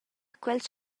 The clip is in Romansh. quels